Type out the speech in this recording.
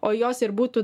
o jos ir būtų